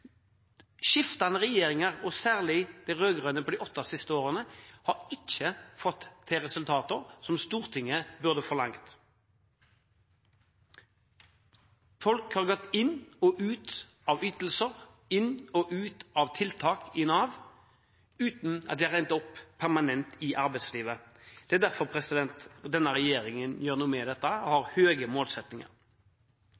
Skiftende regjeringer, særlig de rød-grønne i de åtte siste årene, har ikke fått til resultater som Stortinget burde ha forlangt. Folk har gått inn og ut av ytelser og inn og ut av tiltak i Nav uten at de har endt opp permanent i arbeidslivet. Det er derfor denne regjeringen gjør noe med dette og har høye målsettinger.